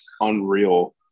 unreal